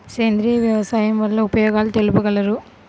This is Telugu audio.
సేంద్రియ వ్యవసాయం వల్ల ఉపయోగాలు తెలుపగలరు?